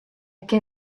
kin